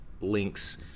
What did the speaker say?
links